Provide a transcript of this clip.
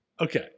okay